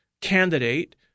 candidate